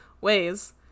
ways